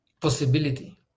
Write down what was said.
Possibility